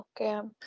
Okay